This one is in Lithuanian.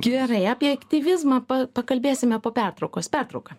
gerai apie aktyvizmą pa pakalbėsime po pertraukos pertrauka